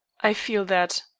i feel that.